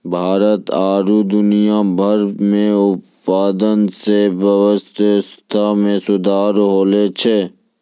भारत आरु दुनिया भर मे उत्पादन से अर्थव्यबस्था मे सुधार होलो छै